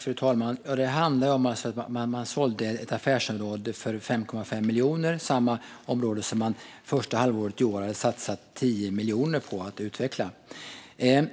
Fru talman! Det handlar om att man sålde ett affärsområde för 5,5 miljoner, samma område som man under första halvåret i år hade satsat 10 miljoner på att utveckla. Det